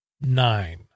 nine